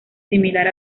similar